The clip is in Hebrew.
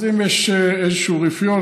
אז אם יש איזשהו רפיון,